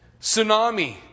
tsunami